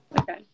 Okay